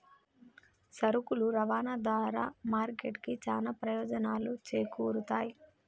సరుకుల రవాణా ద్వారా మార్కెట్ కి చానా ప్రయోజనాలు చేకూరుతయ్